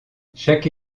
chaque